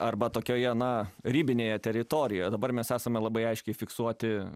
arba tokioje na ribinėje teritorija dabar mes esame labai aiškiai fiksuoti